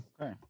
Okay